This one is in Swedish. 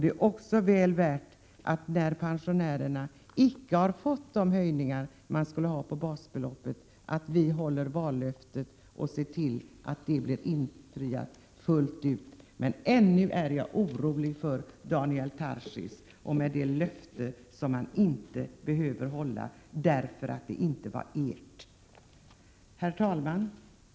Det är också viktigt att vi, när pensionärerna icke har fått de basbeloppshöjningar som de skulle ha, ser till att vi infriar vallöftena fullt ut. Men jag är ännu orolig med tanke på Daniel Tarschys åsikt att man inte behöver hålla löftena, eftersom det inte var egna löften. Herr talman!